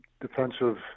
defensive